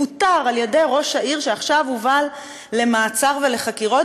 פוטר על-ידי ראש העיר שעכשיו הובל למעצר ולחקירות